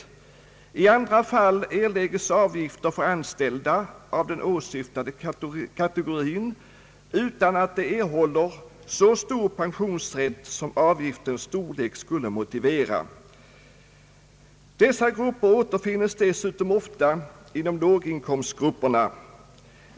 I andra fall erläggs avgifter för anställda av den åsyftade kategorin utan att dessa erhåller rätt till så stor pension som avgifternas storlek skulle motivera. De människorna återfinns dessutom ofta inom låginkomstgrupperna.